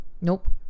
nope